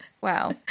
Wow